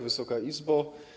Wysoka Izbo!